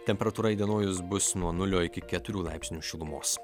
temperatūra įdienojus bus nuo nulio iki keturių laipsnių šilumos